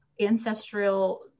ancestral